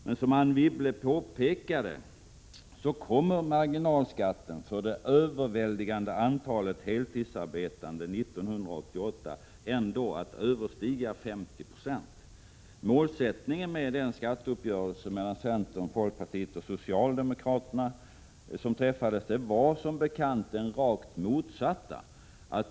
Men som Anne Wibble påpekade kommer marginalskatten att överstiga 50 96 1988 för det överväldigande antalet heltidsarbetande. Målsättningen med skatteuppgörelsen som träffades mellan centern, folkpartiet och socialdemokraterna var som bekant den rakt motsatta.